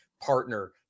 partner